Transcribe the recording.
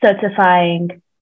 certifying